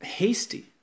hasty